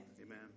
Amen